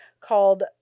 called